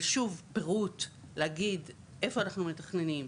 אבל שוב- פירוט, להגיד איפה אנחנו מתכננים,